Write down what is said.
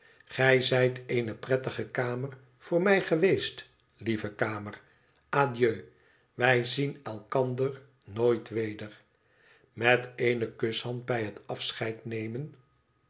gij zijt eene prettige kamer voor mij geweest lieve kamer adieu wij zien elkander nooit weder met eene kushand bij het afscheidnemen